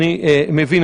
אני מבין,